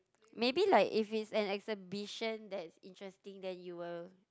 maybe like if is an exhibition that's interesting then you will